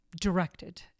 directed